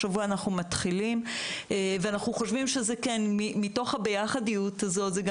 השבוע אנחנו מתחילים ואנחנו חושבים שהביחד הזה גם